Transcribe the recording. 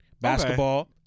basketball